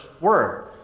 word